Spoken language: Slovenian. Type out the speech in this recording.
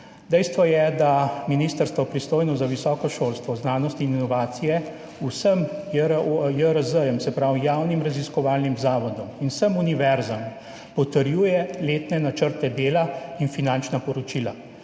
Dejstvo je, da ministrstvo, pristojno za visoko šolstvo, znanost in inovacije, vsem JRZ, se pravi javnim raziskovalnim zavodom, in vsem univerzam potrjuje letne načrte dela in finančna poročila.